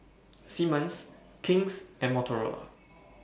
Simmons King's and Motorola